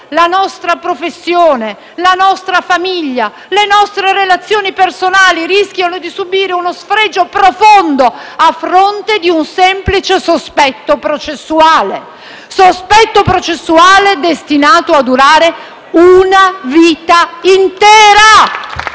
la nostra professione, la nostra famiglia, le nostre relazioni personali rischiano di subire uno sfregio profondo a fronte di un semplice sospetto processuale; un sospetto processuale destinato a durare una vita intera.